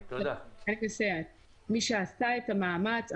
מי שעשה את המאמץ,